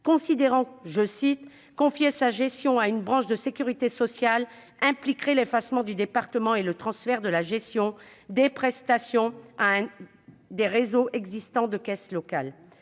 considérant que confier sa gestion à une branche de sécurité sociale « impliquerait l'effacement du département et le transfert de la gestion des prestations à un des réseaux existants de caisses locales ».